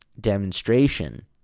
demonstration